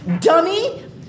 Dummy